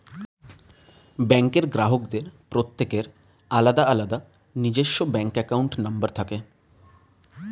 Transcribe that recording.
ব্যাঙ্কের গ্রাহকদের প্রত্যেকের আলাদা আলাদা নিজস্ব ব্যাঙ্ক অ্যাকাউন্ট নম্বর থাকে